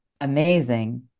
amazing